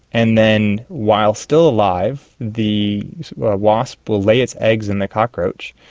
and then while still alive the wasp will lay its eggs in the cockroach.